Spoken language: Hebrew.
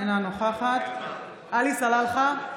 אינה נוכחת עלי סלאלחה,